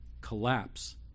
collapse